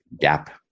gap